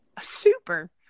super